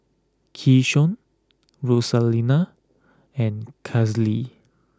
Keyshawn Rosalinda and Kailee